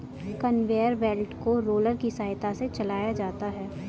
conveyor belt को roller की सहायता से चलाया जाता है